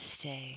stay